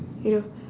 you know